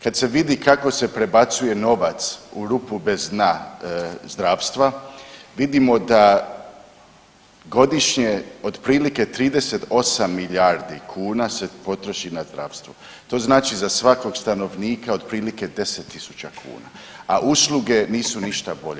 Kad se vidi kako se prebacuje novac u rupu bez dna zdravstva, vidimo da godišnje otprilike 38 milijardi kuna se potroši na zdravstvo, to znači za svakog stanovnika otprilike 10.000 kuna, a usluge nisu ništa bolje.